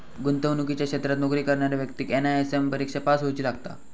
गुंतवणुकीच्या क्षेत्रात नोकरी करणाऱ्या व्यक्तिक एन.आय.एस.एम परिक्षा पास होउची लागता